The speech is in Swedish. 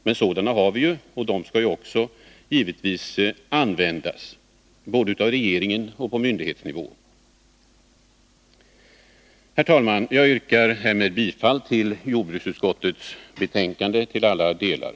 Men sådana har vi ju, och de skall givetvis också utnyttjas både av regeringen och på myndighetsnivå. Herr talman! Jag yrkar med detta bifall till jordbruksutskottets hemställan på samtliga punkter.